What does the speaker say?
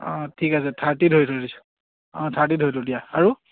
অঁ ঠিক আছে থাৰ্টি ধৰি থৈ দিছোঁ অঁ থাৰ্টি ধৰিলোঁ দিয়া আৰু